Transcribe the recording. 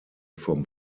vom